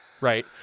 Right